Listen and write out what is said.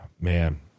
Man